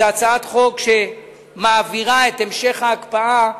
זו הצעת חוק שמעבירה את המשך ההקפאה,